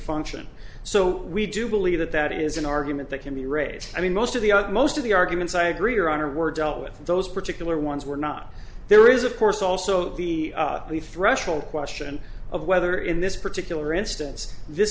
function so we do believe that that is an argument that can be raised i mean most of the other most of the arguments i agree are honored were dealt with those particular ones were not there is of course also the threshold question of whether in this particular instance this